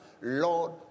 Lord